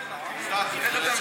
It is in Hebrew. אותה.